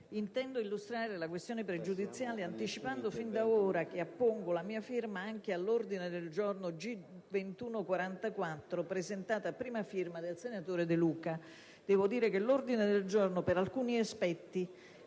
intendo illustrare la questione pregiudiziale anticipando fin da ora che appongo la mia firma all'ordine del giorno G100 (testo 2), presentato a prima firma dal senatore De Luca. Devo dire che l'ordine del giorno, per alcuni aspetti,